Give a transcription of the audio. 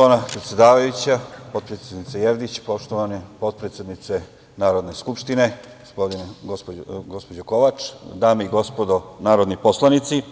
Hvala predsedavajuća, potpredsednice Jevđić, poštovane potpredsednice Narodne skupštine, gospođo Kovač, dame i gospodo narodni poslanici,